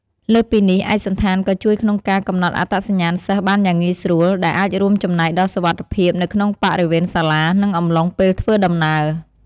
លើសពីនេះ ឯកសណ្ឋានក៏ជួយក្នុងការកំណត់អត្តសញ្ញាណសិស្សបានយ៉ាងងាយស្រួល ដែលអាចរួមចំណែកដល់សុវត្ថិភាពនៅក្នុងបរិវេណសាលា និងអំឡុងពេលធ្វើដំណើរ។